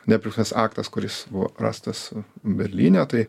nepriklausomybės aktas kuris buvo rastas berlyne tai